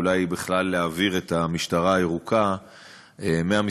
אולי בכלל להעביר את המשטרה הירוקה מהמשרד